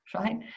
right